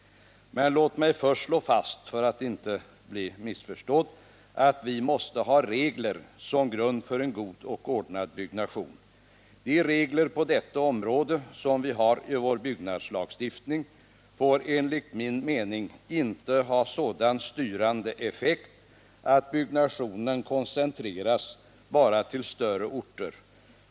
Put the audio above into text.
Men låt mig först slå fast, för att inte bli missförstådd, att vi måste ha regler som grund för en god och ordnad byggnation. De regler på detta område som vi har i vår byggnadslagstiftning får enligt min mening inte ha en sådan styrande effekt, att byggnationen koncentreras bara till större orter.